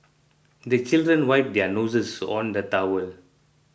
the children wipe their noses on the towel